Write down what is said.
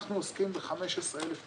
אנחנו עוסקים ב-15 אלף תלונות.